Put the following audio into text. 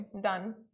done